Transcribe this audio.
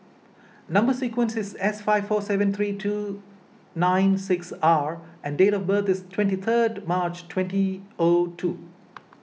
Number Sequence is S five four seven three two nine six R and date of birth is twenty third March twenty O two